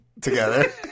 together